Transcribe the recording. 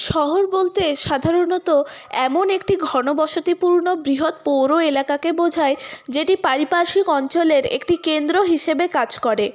শহর বলতে সাধারণত এমন একটি ঘন বসতিপূর্ণ বৃহৎ পৌর এলাকাকে বোঝায় যেটি পারিপার্শ্বিক অঞ্চলের একটি কেন্দ্র হিসেবে কাজ করে